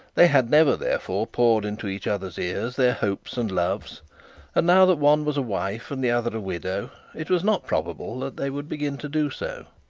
they had never, therefore, poured into each other's ears their hopes and loves and now that one was a wife and the other a widow, it was not probable that they would begin to do so.